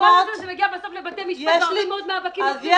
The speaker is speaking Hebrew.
עד שזה מגיע בסוף לבתי המשפט --- אנחנו חייבים את עזרתכם.